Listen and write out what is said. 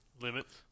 limits